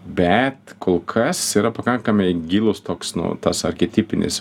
bet kol kas yra pakankamai gilus toks nu tas archetipinis